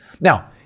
Now